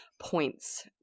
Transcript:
points